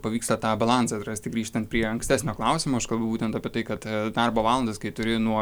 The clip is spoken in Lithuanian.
pavyksta tą balansą rasti grįžtant prie ankstesnio klausimo būtent apie tai kad darbo valandas kai turi nuo